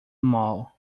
mall